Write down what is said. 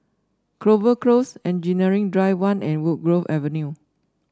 Clover Close Engineering Drive One and Woodgrove Avenue